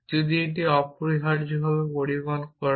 যদি এটি অপরিহার্যভাবে পরিমাপ করা হয়